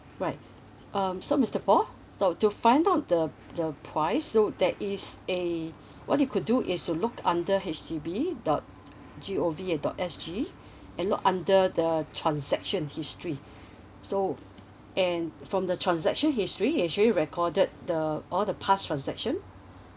right um so mister paul so to find out the the price so there is a what you could do is to look under H D B dot G O V dot S G and look under the transaction history so and from the transaction history actually recorded the all the past transaction